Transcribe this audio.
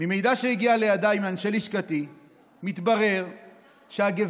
ממידע שהגיע לידיי מאנשי לשכתי מתברר שהגב'